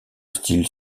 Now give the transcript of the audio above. style